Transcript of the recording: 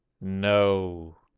No